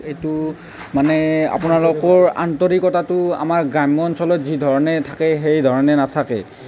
এইটো মানে আপোনালোকৰ আন্তৰিকতাটো আমাৰ গ্ৰাম্য অঞ্চলত যি ধৰণে থাকে সেই ধৰণে নাথাকে